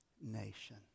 nation